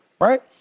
right